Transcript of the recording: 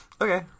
Okay